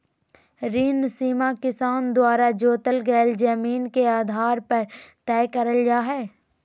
ऋण सीमा किसान द्वारा जोतल गेल जमीन के आधार पर तय करल जा हई